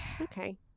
okay